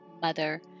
mother